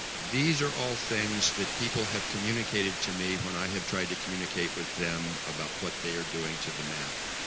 these are all things that people have communicated to me when i have tried to communicate with them about what they're doing to the map